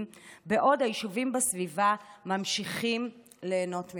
בעוד היישובים בסביבה ממשיכים ליהנות ממנה.